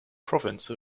province